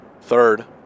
Third